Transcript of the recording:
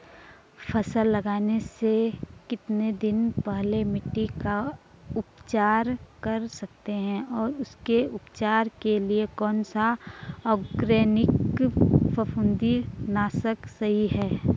फसल लगाने से कितने दिन पहले मिट्टी का उपचार कर सकते हैं और उसके उपचार के लिए कौन सा ऑर्गैनिक फफूंदी नाशक सही है?